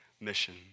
mission